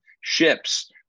ships